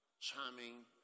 charming